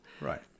Right